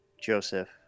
Joseph